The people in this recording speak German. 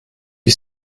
wir